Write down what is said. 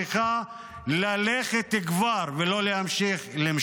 צריכה כבר ללכת ולא להמשיך למשול.